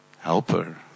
helper